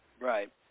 Right